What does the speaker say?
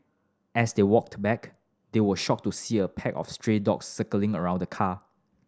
as they walked back they were shocked to see a pack of stray dogs circling around the car